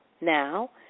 now